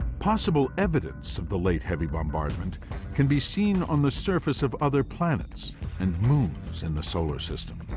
possible evidence of the late heavy bombardment can be seen on the surface of other planets and moons in the solar system